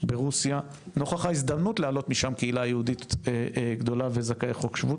ברוסיה נוכח ההזדמנות לעלות משם קהילה יהודית גדולה וזכאי חוק שבות.